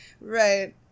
Right